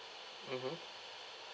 mmhmm